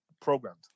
programmed